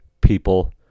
people